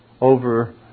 over